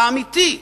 האמיתי.